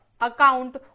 account